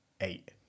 eight